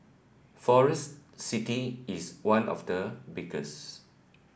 Forest City is one of the biggest